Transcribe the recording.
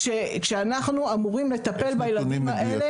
כשאנחנו אמורים לטפל בילדים האלה,